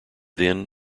then